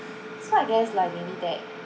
so I guess like you knew that